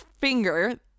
finger